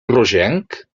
rogenc